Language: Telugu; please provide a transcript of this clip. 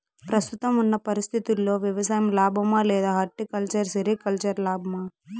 ప్రస్తుతం ఉన్న పరిస్థితుల్లో వ్యవసాయం లాభమా? లేదా హార్టికల్చర్, సెరికల్చర్ లాభమా?